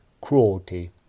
cruelty